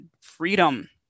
Freedom